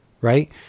right